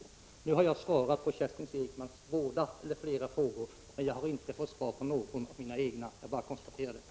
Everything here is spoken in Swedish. Jag har nu svarat på alla Kerstin Ekmans frågor, men jag har inte fått svar från henne på någon av mina. Jag bara konstaterar det.